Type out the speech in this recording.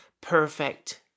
perfect